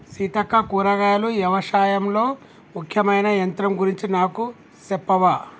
సీతక్క కూరగాయలు యవశాయంలో ముఖ్యమైన యంత్రం గురించి నాకు సెప్పవా